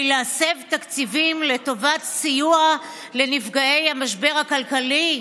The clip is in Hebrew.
להסב תקציבים לטובת סיוע לנפגעי המשבר הכלכלי?